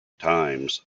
times